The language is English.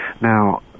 Now